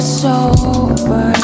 sober